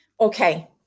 Okay